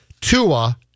Tua